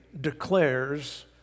declares